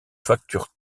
facture